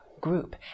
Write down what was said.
group